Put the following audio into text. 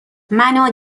منو